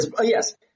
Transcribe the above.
Yes